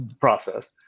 process